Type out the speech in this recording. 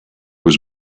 was